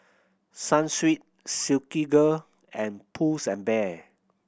Sunsweet Silkygirl and Pulls and Bear